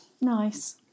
nice